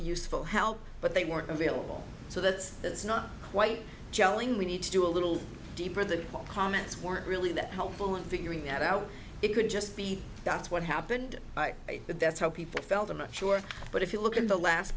useful help but they weren't available so that it's not quite jelling we need to do a little deeper the comments weren't really that helpful in figuring that out it could just be that's what happened but that's how people felt i'm not sure but if you look in the last